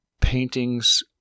paintings